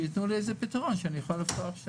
שייתנו לי איזה פתרון שאוכל לפתוח.